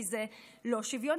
כי זה לא שוויוני.